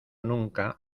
nunca